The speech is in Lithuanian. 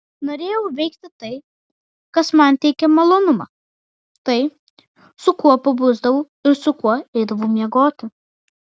norėjau veikti tai kas man teikia malonumą tai su kuo pabusdavau ir su kuo eidavau miegoti